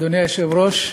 אדוני היושב-ראש,